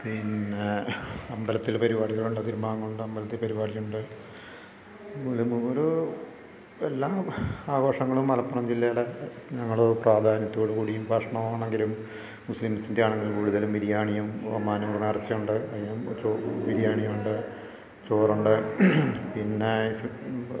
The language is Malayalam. പിന്നേ അമ്പലത്തിൽ പരിപാടികളുണ്ട് തിരുമാങ്ങളൊണ്ട് അമ്പലത്തിൽ പരിപാടി ഉണ്ട് ഓരോ എല്ലാം ആഘോഷങ്ങളും മലപ്പുറം ജില്ലയിലെ ഞങ്ങളു പ്രാധാന്യത്തോടു കൂടിയും ഭക്ഷമാണെങ്കിലും മുസ്ലിംസിൻ്റെ ആണെങ്കിലും കൂടുതലും ബിരിയാണിയും ഒമാനും നേർച്ചയുണ്ട് അതിനും ചോറും ബിരിയാണി ഉണ്ട് ചോറുണ്ട് പിന്നേ ഇസ്